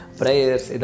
prayers